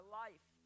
life